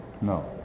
No